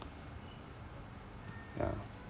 ya